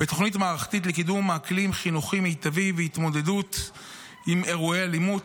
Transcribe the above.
בתוכנית מערכתית לקידום אקלים חינוכי מיטבי והתמודדות עם אירועי אלימות.